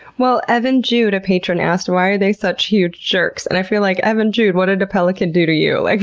evan jude, a patron, asked why are they such huge jerks? and i feel like, evan jude, what did a pelican do to you? like